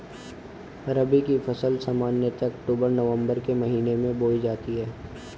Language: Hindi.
रबी की फ़सल सामान्यतः अक्तूबर नवम्बर के महीने में बोई जाती हैं